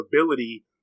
ability